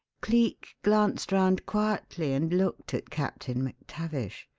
cleek glanced round quietly and looked at captain mactavish.